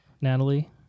Natalie